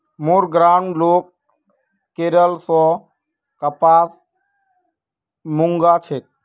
मोर गांउर लोग केरल स कपास मंगा छेक